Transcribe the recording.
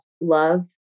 love